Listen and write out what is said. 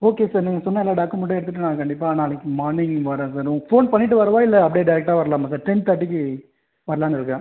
okay sir நீங்கள் சொன்ன எல்லா டாக்குமெண்ட்டையும் எடுத்துகிட்டு நான் கண்டிப்பாக நாளைக்கு மார்னிங் வரேன் சார் உங்களுக்கு ஃபோன் பண்ணிவிட்டு வரவா இல்லை அப்படியே டேரெக்டாக வரலாமா சார் டென் தேர்ட்டிக்கு வரலானு இருக்கேன்